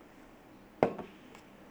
it's just the information